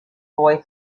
boy